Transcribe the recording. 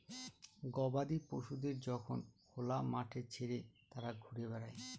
গবাদি পশুদের যখন খোলা মাঠে ছেড়ে তারা ঘুরে বেড়ায়